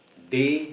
day